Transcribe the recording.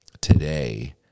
today